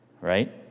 right